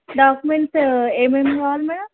documents ఏ ఏమేమి కావాలి మేడమ్